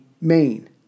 main